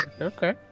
Okay